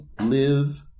live